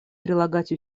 прилагать